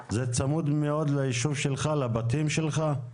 לבתים שלך?